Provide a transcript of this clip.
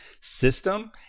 system